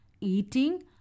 Eating